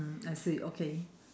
mm I see okay